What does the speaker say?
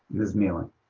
ms. miele? and